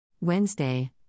Wednesday